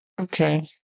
Okay